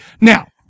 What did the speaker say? Now